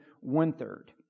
one-third